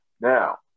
Now